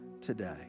today